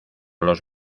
los